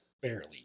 barely